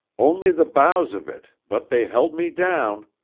only the boughs of it, but they held me down.